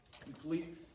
Complete